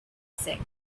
said